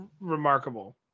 remarkable